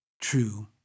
true